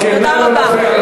תודה רבה.